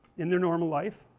in their normal life